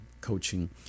coaching